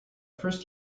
first